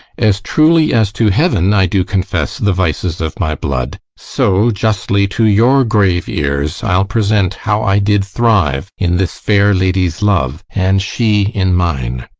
as truly as to heaven i do confess the vices of my blood, so justly to your grave ears i'll present how i did thrive in this fair lady's love, and she in mine.